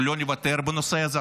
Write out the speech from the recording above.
אנחנו לא נוותר בנושא הזה.